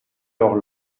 leur